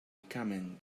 coming